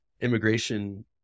immigration